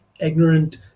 ignorant